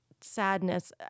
sadness